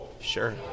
Sure